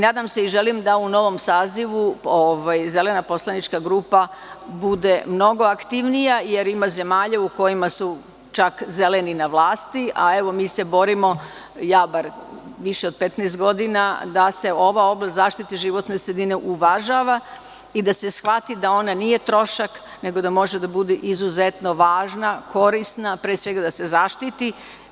Nadam se i želim da u novom sazivu Zelena poslanička grupa bude mnogo aktivnija, jer ima zemalja u kojima su čak „zeleni“ na vlasti, a evo mi se borimo, ja bar više od 15 godina, da se ova oblast zaštite životne sredine uvažava i da se shvati da ona nije trošak, nego da može da bude izuzetno važna, korisna, pre svega, da se zaštiti.